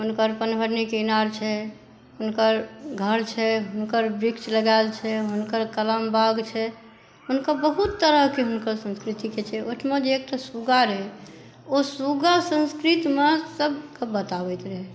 हुनकर पानिभरनीके ईनार छै हुनकर घर छै हुनकर वृक्ष लगायल छै हुनकर कलम बाग छै हुनकर बहुत तरहके हुनकर संस्कृतिके छै ओहिठमा जे एकटा सुग्गा रहै ओ सुग्गा संस्कृतमे सभके बताबैत रहै